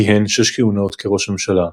כיהן שש כהונות כראש ממשלה,